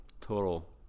total